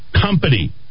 company